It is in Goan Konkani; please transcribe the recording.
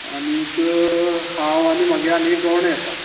आनीक हांव आनी मागे आनी एक गोवणो येता